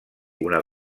una